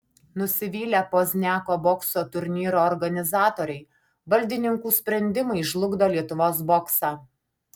nusivylę pozniako bokso turnyro organizatoriai valdininkų sprendimai žlugdo lietuvos boksą